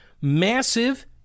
Massive